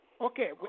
Okay